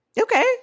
Okay